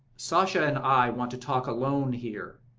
sasha and i want to talk alone here.